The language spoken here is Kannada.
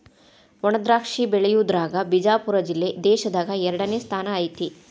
ವಣಾದ್ರಾಕ್ಷಿ ಬೆಳಿಯುದ್ರಾಗ ಬಿಜಾಪುರ ಜಿಲ್ಲೆ ದೇಶದಾಗ ಎರಡನೇ ಸ್ಥಾನ ಐತಿ